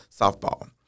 softball